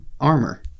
armor